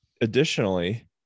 Additionally